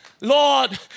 Lord